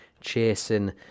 chasing